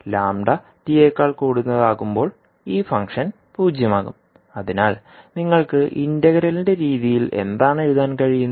ആകുമ്പോൾ ഈ ഫംഗ്ഷൻ പൂജ്യമാകും അതിനാൽ നിങ്ങൾക്ക് ഇന്റഗ്രലിൻറെ രീതിയിൽ എന്താണ് എഴുതാൻ കഴിയുന്നത്